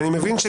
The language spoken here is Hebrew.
אני מבין.